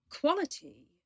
quality